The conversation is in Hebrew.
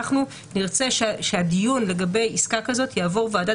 אנחנו נרצה שהדיון לגבי עסקה כזאת יעבור ועדת